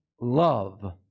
love